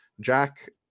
Jack